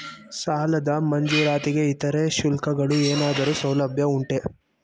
ಸಾಲದ ಮಂಜೂರಾತಿಗೆ ಇತರೆ ಶುಲ್ಕಗಳ ಏನಾದರೂ ಸೌಲಭ್ಯ ಉಂಟೆ?